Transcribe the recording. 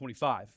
25